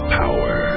power